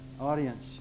audience